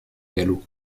galop